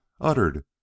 uttered